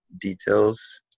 details